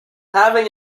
having